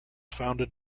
founded